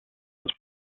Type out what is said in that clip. his